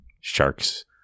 sharks